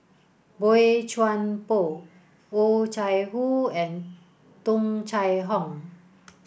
Boey Chuan Poh Oh Chai Hoo and Tung Chye Hong